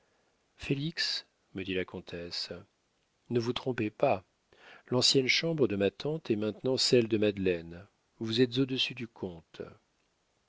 félix me dit la comtesse ne vous trompez pas l'ancienne chambre de ma tante est maintenant celle de madeleine vous êtes au-dessus du comte